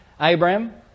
Abraham